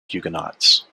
huguenots